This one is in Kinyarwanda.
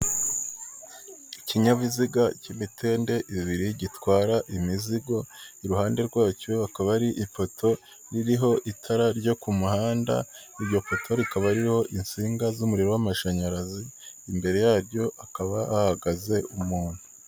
Ikinyabiziga cy'imitende ibiri gitwara imizigo, iruhande rwacyo hakaba hari ipoto iriho itara ryo ku muhanda, iryo poto rikaba ririho insinga z'umuriro w'amashanyarazi, imbere yaryo hakaba hahagaze umuntu.